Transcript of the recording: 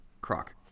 Croc